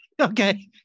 Okay